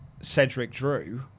Cedric-Drew